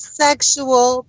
sexual